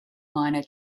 minor